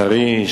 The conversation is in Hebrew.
הטרי,